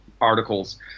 articles